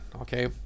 okay